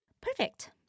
Perfect